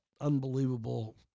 unbelievable